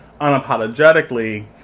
unapologetically